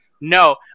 No